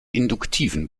induktiven